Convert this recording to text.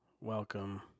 welcome